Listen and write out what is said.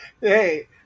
Hey